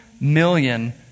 million